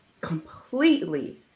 completely